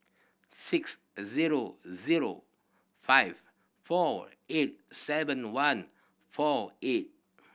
six zero zero five four eight seven one four eight